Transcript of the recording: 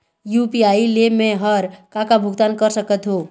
UPI ले मे हर का का भुगतान कर सकत हो?